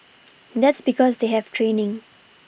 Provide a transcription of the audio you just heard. that's because they have training